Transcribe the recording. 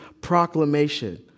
proclamation